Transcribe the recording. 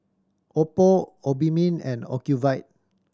Oppo Obimin and Ocuvite